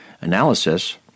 analysis